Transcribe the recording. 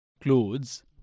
clothes